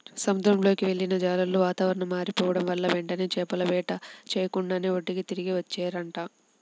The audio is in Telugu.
సముద్రంలోకి వెళ్ళిన జాలర్లు వాతావరణం మారిపోడం వల్ల వెంటనే చేపల వేట చెయ్యకుండానే ఒడ్డుకి తిరిగి వచ్చేశారంట